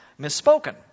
misspoken